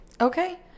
Okay